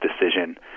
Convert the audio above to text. decision